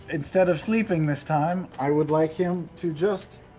instead of sleeping this time, i would like him to just